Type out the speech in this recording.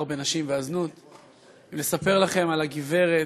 הסחר בנשים והזנות, האם לספר לכם על הגברת,